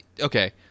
okay